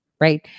right